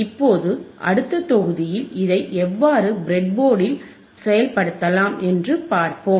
இப்போது அடுத்த தொகுதியில் இதை எவ்வாறு ப்ரெட்போர்டில் செயல்படுத்தலாம் என்று பார்ப்போம்